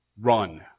run